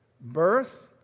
birth